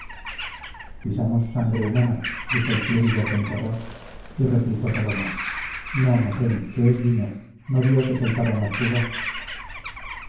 pisamos sangre humana dijo el clérigo con terror y replicó saloma no mosén que es vino no vio que soltaban las cubas